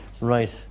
Right